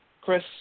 Chris